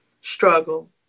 struggle